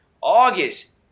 August